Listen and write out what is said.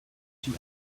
she